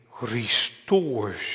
restores